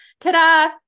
ta-da